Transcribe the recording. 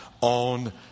on